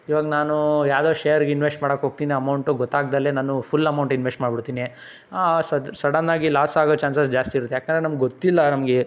ಇವಾಗ ನಾನು ಯಾವುದೋ ಶೇರ್ಗೆ ಇನ್ವೆಶ್ಟ್ ಮಾಡಕ್ಕೆ ಹೋಗ್ತಿನಿ ಅಮೌಂಟು ಗೊತ್ತಾಗ್ದೆ ನಾನು ಫುಲ್ ಅಮೌಂಟ್ ಇನ್ವೆಶ್ಟ್ ಮಾಡಿಬಿಡ್ತೀನಿ ಸಡನ್ ಆಗಿ ಲಾಸ್ ಆಗೋ ಚಾನ್ಸಸ್ ಜಾಸ್ತಿ ಇರುತ್ತೆ ಯಾಕಂದರೆ ನಮ್ಗೆ ಗೊತ್ತಿಲ್ಲ ನಮಗೆ